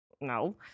no